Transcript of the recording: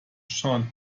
shan’t